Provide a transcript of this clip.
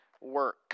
work